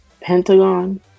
Pentagon